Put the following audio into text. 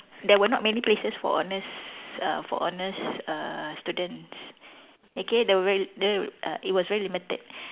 there were not many places for honours uh for honours uh students okay there were very l~ there uh it was very limited